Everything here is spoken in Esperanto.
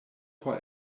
por